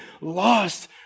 lost